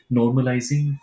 normalizing